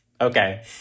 Okay